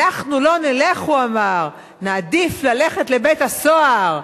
אנחנו לא נלך, הוא אמר, נעדיף ללכת לבית-הסוהר.